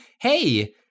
hey